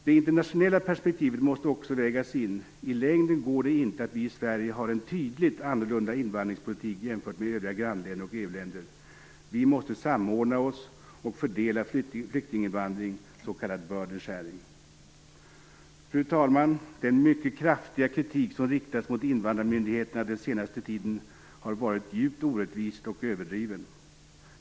Det internationella perspektivet måste också vägas in. I längden går det inte att vi i Sverige har en tydligt annorlunda invandringspolitik jämfört med våra grannländer och övriga EU-länder. Vi måste samordna oss och fördela flyktinginvandringen, s.k. burdensharing. Fru talman! Den mycket kraftiga kritik som riktats mot invandrarmyndigheterna den senaste tiden har varit djupt orättvis och överdriven.